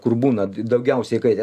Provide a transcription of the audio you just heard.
kur būna daugiausia įkaitę